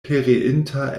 pereinta